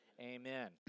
amen